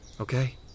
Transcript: Okay